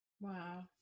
Wow